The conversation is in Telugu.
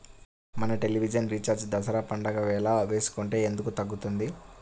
మన టెలివిజన్ రీఛార్జి దసరా పండగ వేళ వేసుకుంటే ఎందుకు తగ్గుతుంది?